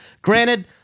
granted